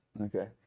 Okay